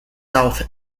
south